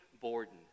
Borden